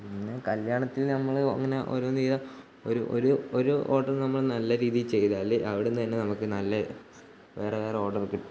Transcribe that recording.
പിന്നെ കല്യാണത്തിന് നമ്മൾ അങ്ങനെ ഓരോന്ന് ചെയ്യുക ഒരു ഒരു ഒരു ഓർഡർ നമ്മൾ നല്ല രീതിൽ ചെയ്താൽ അവിടുന്ന് തന്നെ നല്ല വേറെ വേറെ ഓർഡർ കിട്ടും